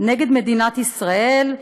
נגד מדינת ישראל,